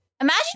imagine